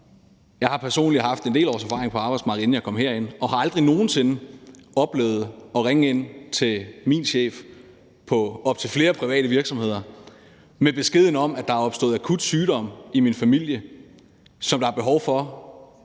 jeg har personligt haft en del års erfaring på arbejdsmarkedet, inden jeg kom herind, og har på op til flere private virksomheder aldrig nogen sinde oplevet at ringe ind til min chef med beskeden om, at der er opstået akut sygdom i min familie, som der er behov for